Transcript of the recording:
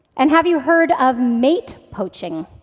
and have you heard of mate poaching?